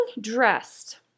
dressed